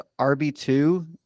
RB2